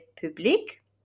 public